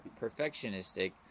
perfectionistic